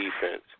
defense